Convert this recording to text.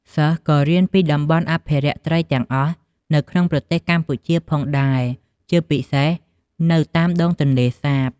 សិស្សក៏រៀនពីតំបន់អភិរក្សត្រីទាំងអស់នៅក្នុងប្រទេសកម្ពុជាផងដែរ ជាពិសេសនៅតាមដងទន្លេសាប។